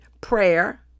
prayer